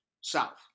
south